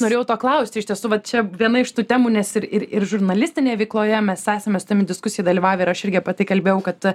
norėjau paklausti iš tiesų va čia viena iš tų temų nes ir ir ir žurnalistinėje veikloje mes esame su tavimi diskusijoje dalyvavę ir aš irgi apie tai kalbėjau kad